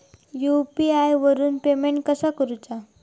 UPI वरून payment कसा करूचा?